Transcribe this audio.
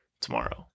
tomorrow